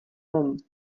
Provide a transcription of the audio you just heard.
rum